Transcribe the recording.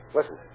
Listen